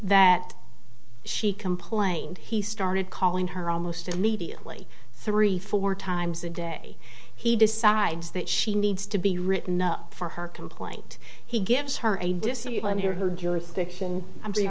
that she complained he started calling her almost immediately three four times a day he decides that she needs to be written up for her complaint he gives her a discipline here her jurisdiction i'm